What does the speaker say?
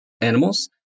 animals